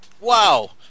Wow